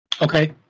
Okay